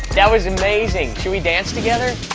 that was amazing. can we dance together?